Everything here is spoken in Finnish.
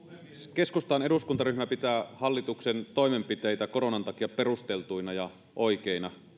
keskustan eduskuntaryhmä pitää hallituksen toimenpiteitä koronan takia perusteltuina ja oikeina